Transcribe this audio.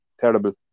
terrible